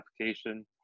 application